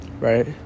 Right